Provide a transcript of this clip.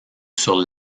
sur